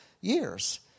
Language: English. years